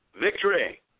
Victory